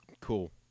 cool